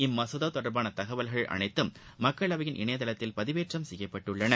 இம்மசோதா தொடர்பான தகவல்கள் அனைத்தும் மக்களவையின் இணையத்தளத்தில் பதிவேற்றம் செய்யப்பட்டுள்ளன